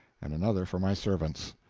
and another for my servants.